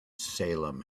salem